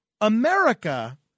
America